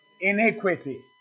Iniquity